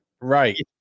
Right